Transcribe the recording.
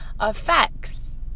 effects